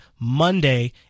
Monday